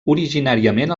originàriament